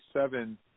Seven